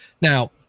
now